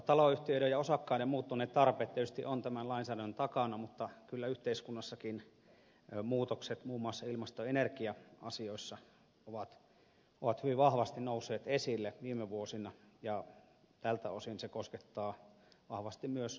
taloyhtiöiden ja osakkaiden muuttuneet tarpeet tietysti ovat tämän lainsäädännön takana mutta kyllä yhteiskunnassakin muutokset muun muassa ilmasto ja energia asioissa ovat hyvin vahvasti nousseet esille viime vuosina ja tältä osin se koskettaa vahvasti myös asumista